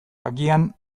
agian